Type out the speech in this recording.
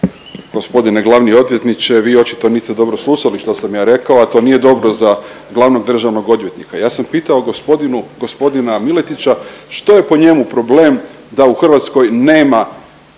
Gospodine glavni odvjetniče vi očito niste dobro slušali što sam ja rekao, a to nije dobro za glavnog državnog odvjetnika. Ja sa pitao gospodina Miletića što je po njemu problem da u Hrvatskoj nema